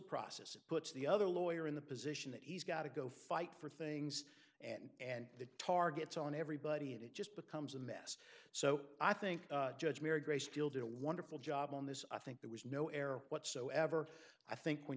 process it puts the other lawyer in the position that he's got to go fight for things and and the targets on everybody and it just becomes a mess so i think judge mary grace fielded a wonderful job on this i think there was no error whatsoever i think when